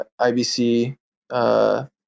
IBC